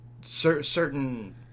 certain